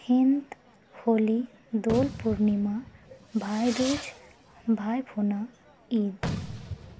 ᱦᱤᱱᱛ ᱦᱩᱞᱤ ᱫᱳᱞ ᱯᱩᱨᱱᱤᱢᱟ ᱵᱷᱟᱭᱫᱳᱡ ᱵᱷᱟᱭ ᱯᱷᱳᱴᱟ ᱤᱫ